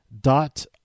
dot